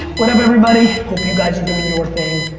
what up everybody? hope you guys are doin' your thing.